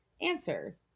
Answer